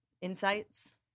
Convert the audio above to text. insights